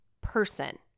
person